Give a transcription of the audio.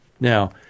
Now